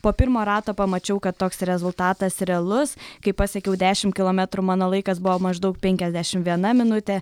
po pirmo rato pamačiau kad toks rezultatas realus kai pasiekiau dešimt kilometrų mano laikas buvo maždaug penkiasdešim viena minutė